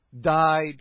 died